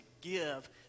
give